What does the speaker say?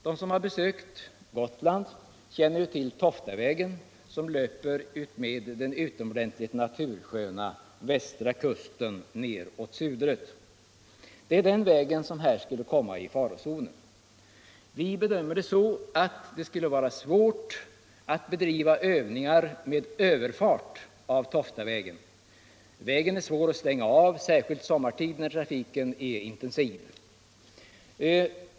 De som har besökt Gotland känner ju till Toftavägen, som löper utmed den utomordentligt natursköna västra kusten nedåt Sudret. Det är den vägen som här skulle komma i farozonen. Vi bedömer det så att det skulle vara svårt att bedriva övningar med överfart av Toftavägen. Vägen är svår att stänga av, särskilt sommartid när trafiken är intensiv.